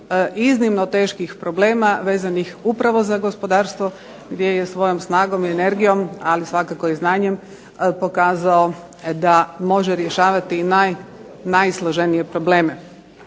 iznimno teških problema vezanih upravo za gospodarstvo gdje je svojom ali svakako i znanjem pokazao da može rješavati najsloženije probleme.